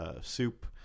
soup